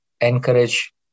encourage